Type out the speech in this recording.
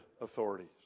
authorities